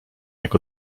jak